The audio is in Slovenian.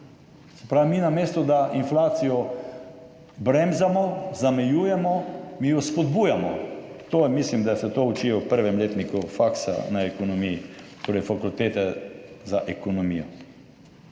Se pravi, mi, namesto da inflacijo bremzamo, zamejujemo, jo spodbujamo. Mislim, da se to učijo v prvem letniku faksa na ekonomiji, torej fakultete za ekonomijo.